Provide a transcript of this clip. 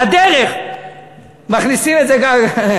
על הדרך מכניסים את זה גם כן.